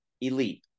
elite